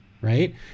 right